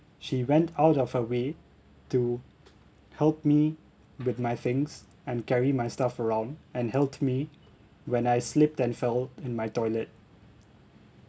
she went out of her way to help me with my things and carry my stuff around and helped me when I slipped and fell in my toilet